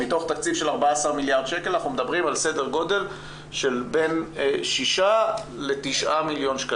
מתוך תקציב של 14 מיליארד שקל אנחנו מדברים על סדר גודל של 6-9 מלש"ח.